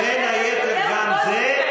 בין היתר גם זה,